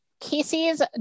Casey's